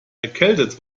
erkältet